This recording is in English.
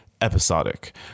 episodic